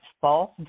false